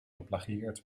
geplagieerd